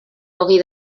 ogi